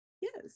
Yes